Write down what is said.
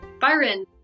Byron